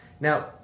Now